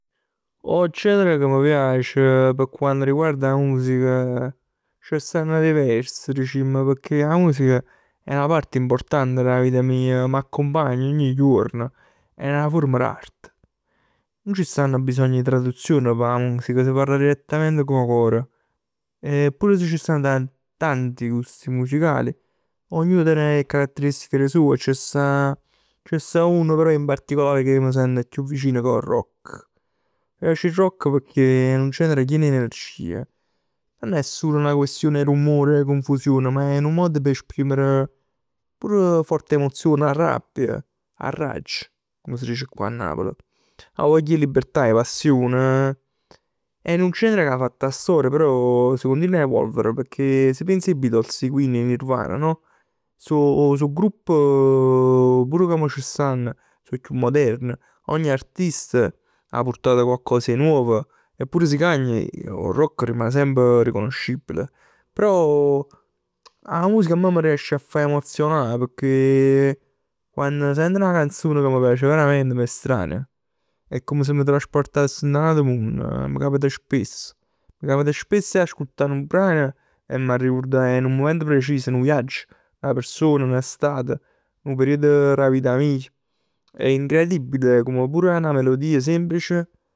'O genere ca m' piac p' quanto riguarda 'a musica, ce ne stann diversi dicimm. Pecchè 'e musica è 'na parte importante d' 'a vita mij. M'accumpagna ogni juorn. È 'na forma d'arte. Nun c' stanno bisogno 'e traduzion p' 'a musica, si parla direttamente cu 'o cor. E pur si c' stann tanti gusti musicali, ognuno ten 'e caratteristiche d' 'e soje. C' sta. C' sta uno però in particolare che ij m' sento chiù vicino che è 'o rock. Mi piace il rock pecchè è nu genere chien 'e energie. Nun è sul 'na questione 'e rumore e confusione. Ma è nu modo p' esprimere pur forti emozioni. 'A rabbia, 'arraggio, comm s' dic cà 'a Napl. 'A voglia 'e libertà 'e passion. È nu genere che 'a fatt 'a storia, però s' pò evolvere. Pecchè s' piens 'e Beatles, 'e Nirvana no? So, so grupp, pur che c' stann. So chiù modern. Ogni artista 'a purtat coccos 'e nuovo e pur si cagn 'o rock è semp riconoscibile. Però 'a musica a me m' riesce a fa emozionà pecchè quann sent 'na canzon ca m' piac verament m'estraneo. È come se m' trasportass dint 'a n'atu munn. M' capita spess. M' capita spess 'e ascolta nu bran e m'arricurdà dint 'a nu mument precis nu viagg. 'Na persona. N'estate. Nu periodo d' 'a vita mij. È incredibile come pure 'na melodia semplice.